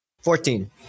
Fourteen